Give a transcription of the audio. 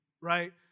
right